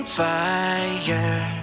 fire